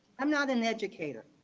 i'm not an educator,